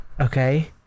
Okay